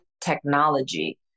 technology